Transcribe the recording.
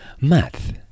Math